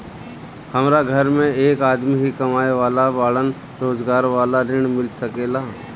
हमरा घर में एक आदमी ही कमाए वाला बाड़न रोजगार वाला ऋण मिल सके ला?